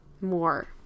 More